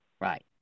Right